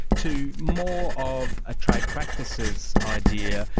to more of a trade practices idea,